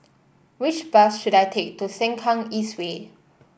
which bus should I take to Sengkang East Way